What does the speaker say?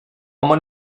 ama